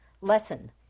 Lesson